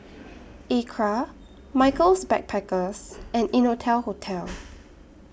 Acra Michaels Backpackers and Innotel Hotel